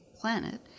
planet